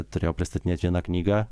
turėjo pristatinėti vieną knygą